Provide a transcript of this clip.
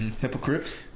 Hypocrites